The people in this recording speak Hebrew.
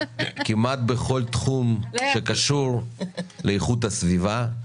כמעט בכל תחום שקשור לאיכות הסביבה,